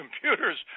computers